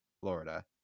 Florida